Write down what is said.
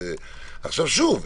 שוב,